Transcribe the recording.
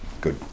good